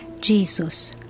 Jesus